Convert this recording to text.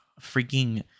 Freaking